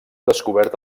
descobert